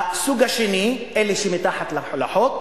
הסוג השני: אלה שמתחת לחוק.